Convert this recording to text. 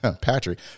Patrick